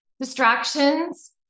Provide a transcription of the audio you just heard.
Distractions